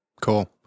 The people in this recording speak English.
Cool